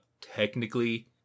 technically